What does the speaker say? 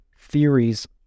theories